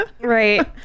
right